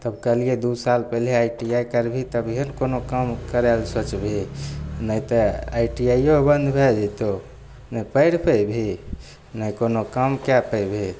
तब कहलियै दु साल पहिले आइ टी आइ करबिहि तभीये ने कोनो काम करय लए सोचबिहि ने तऽ आइ टी आइ यो बन्द भए जेतहु नहि पढ़ि पेबही नहि कोनो काम कए पेबही